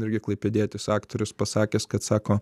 irgi klaipėdietis aktorius pasakęs kad sako